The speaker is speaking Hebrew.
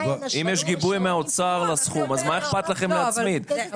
אם יש גיבוי מהאוצר לסכום, אז מה אכפת לכם להצמיד?